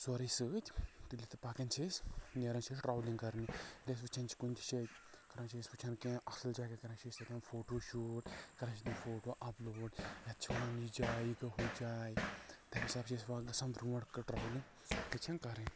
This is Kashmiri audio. سورُے سۭتۍ تہٕ پکان چھِ أسۍ نیران چھِ أسۍ ٹرٛاولنٛگ کرنہِ ییٚلہِ أسۍ وٕچھان چھِ کُنہِ تہِ جایہِ کران چھِ أسۍ وٕچھان کینٛہہ اصل جایہِ کران چھِ أسۍ تتتھٮ۪ن فوٹو شوٗٹ کران چھِ پتہٕ فوٹو اپ لوڈ یتھ چھِ ونان یہِ جاے یہِ گوٚو ہُہ جاے تمہِ ساتہٕ چھِ أسۍ گژھان برٛونٛٹھ کٔر ٹرٛاولنٛگ